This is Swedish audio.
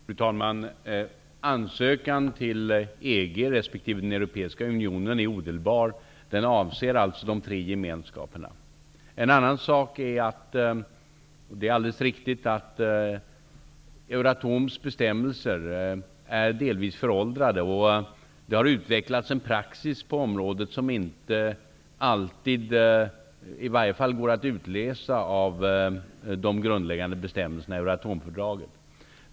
Fru talman! Ansökan till EG resp. den europeiska unionen är odelbar. Den avser alltså de tre gemenskaperna. Det är helt riktigt att Euratoms bestämmelser är delvis föråldrade. Det har utvecklats en praxis på området som inte går att utläsa i de grundläggande bestämmelserna i Euratomfördraget.